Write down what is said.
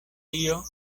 tio